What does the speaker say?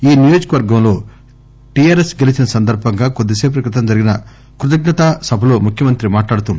ఈ నియోజకవర్గంలో టీఆర్ఎస్ గెలిచిన సందర్బంగా కొద్దిసేపటి క్రితం జరిగిన కృతజ్నతా సభలో ముఖ్యమంత్రి మాట్లాడుతూ